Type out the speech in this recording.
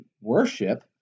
worship